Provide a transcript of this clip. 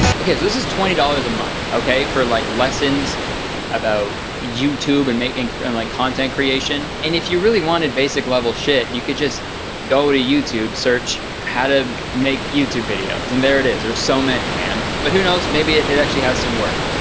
okay. so this is twenty dollars a month okay. for like lessons about youtube and and and like content creation. and if you really wanted basic level shit, you could just go to youtube, search how to make youtube videos. and there it is. there's so many man. but who knows maybe it it actually has some worth.